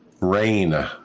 rain